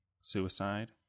suicide